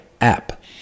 app